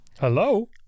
Hello